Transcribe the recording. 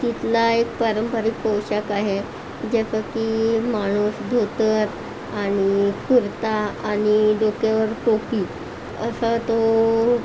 तिथला एक पारंपरिक पोशाख आहे जसं की माणूस धोतर आणि कुर्ता आणि डोक्यावर टोपी असा तो